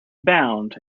bound